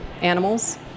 animals